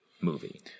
movie